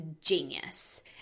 genius